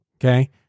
Okay